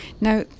Now